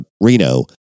Reno